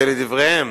שלדבריהם